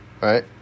Right